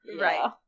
Right